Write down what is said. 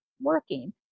working